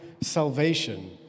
salvation